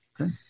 Okay